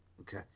Okay